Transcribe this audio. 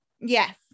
Yes